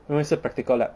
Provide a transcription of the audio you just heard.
因为是 practical laboratory